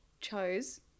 chose